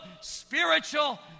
spiritual